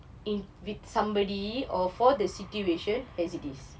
in with somebody or for the situation as it is